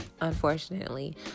unfortunately